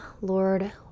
Lord